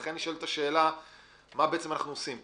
לכן נשאלת השאלה מה אנחנו בעצם עושים פה.